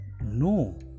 No